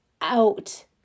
out